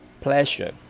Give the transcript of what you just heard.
pleasure